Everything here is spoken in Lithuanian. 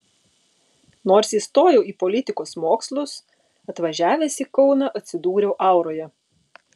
nors įstojau į politikos mokslus atvažiavęs į kauną atsidūriau auroje